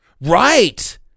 Right